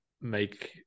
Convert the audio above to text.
make